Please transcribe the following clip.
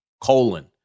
colon